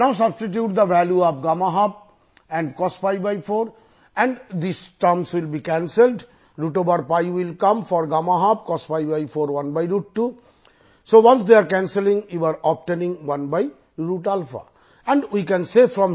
இப்பொழுது அடுத்த எடுத்துக்காட்டை பார்க்கலாம்